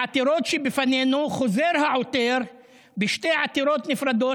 בעתירות שבפנינו חוזר העותר בשתי עתירות נפרדות,